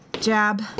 Jab